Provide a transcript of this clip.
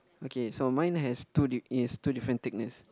okay so mine has two di~ is two different thickness